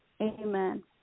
Amen